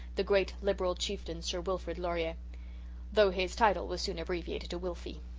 the great liberal chieftain, sir wilfrid laurier though his title was soon abbreviated to wilfy.